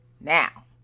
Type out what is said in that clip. Now